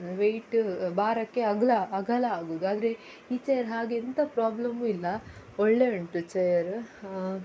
wait ಭಾರಕ್ಕೆ ಅಗಲ ಅಗಲ ಆಗೋದು ಆದರೆ ಈ ಚೇರ್ ಹಾಗೆ ಎಂಥ ಪ್ರಾಬ್ಲಮ್ಮು ಇಲ್ಲ ಒಳ್ಳೆ ಉಂಟು ಚೇರ